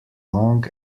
long